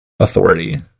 authority